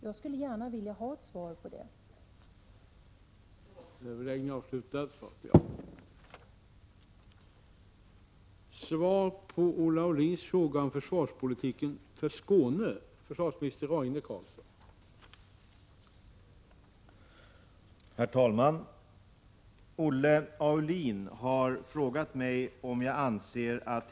Jag skulle gärna vilja ha ett svar på den frågan.